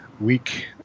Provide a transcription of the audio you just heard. week